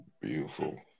Beautiful